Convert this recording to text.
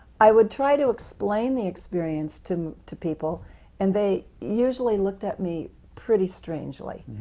i would try to explain the experience to to people and they usually looked at me pretty strangely,